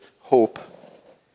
hope